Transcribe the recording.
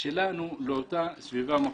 שלנו לאותה סביבת מקום.